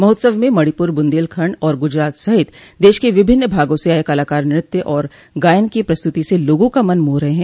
महोत्सव में मणिपुर बुन्देखण्ड और गुजरात सहित देश के विभिन्न भागों से आये कलाकार नृत्य और गायन की प्रस्तुति से लोगों का मन मोह रहे हैं